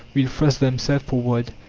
will thrust themselves forward.